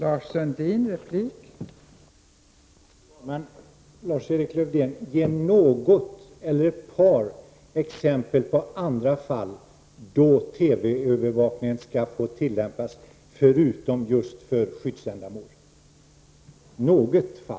Fru talman! Ge något eller ett par exempel, Lars-Erik Lövdén, på andra fall då TV-övervakning skall kunna tillämpas förutom för just skyddsändamål.